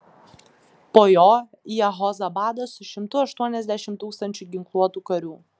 po jo jehozabadas su šimtu aštuoniasdešimt tūkstančių ginkluotų karių